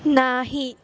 नाही